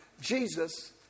Jesus